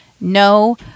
no